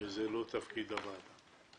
זה לא תפקיד הוועדה.